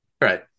right